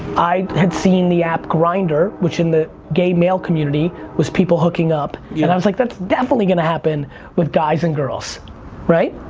i had seen the app grindr which in the gay male community was people hooking up, yeah and i was like that's definitely gonna happen with guys and girls right.